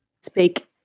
speak